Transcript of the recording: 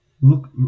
Look